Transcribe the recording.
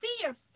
fear